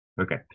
okay